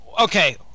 Okay